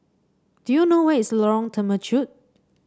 do you know where is Lorong Temechut